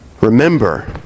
remember